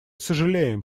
сожалеем